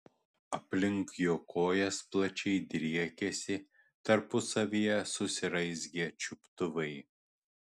aplink jo kojas plačiai driekėsi tarpusavyje susiraizgę čiuptuvai